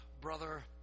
brother